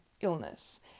illness